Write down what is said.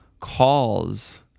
calls